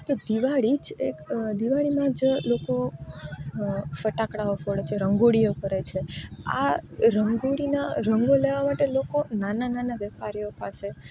તો દિવાળી જ એક દિવાળીમાં જ લોકો ફટાકડાઓ ફોડે છે રંગોળીઓ કરે છે આ રંગોળીના રંગો લેવા માટે લોકો નાના નાના વેપારીઓ પાસે